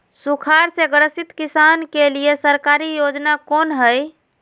सुखाड़ से ग्रसित किसान के लिए सरकारी योजना कौन हय?